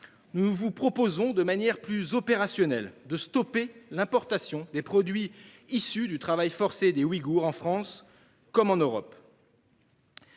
nous vous proposons, de manière plus opérationnelle, de stopper l'importation des produits issus du travail forcé des Ouïghours, en France comme en Europe.